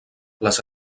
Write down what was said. les